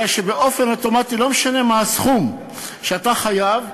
הרי שבאופן אוטומטי, לא משנה מה הסכום שאתה חייב,